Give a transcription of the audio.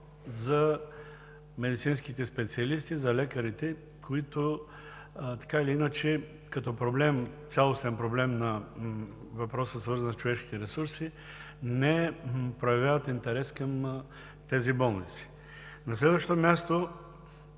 за медицинските специалисти, за лекарите, които така или иначе като цялостен проблем на въпроса, свързан с човешките ресурси, не проявяват интерес към тези болници. На следващо място